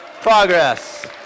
Progress